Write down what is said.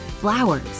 Flowers